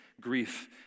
grief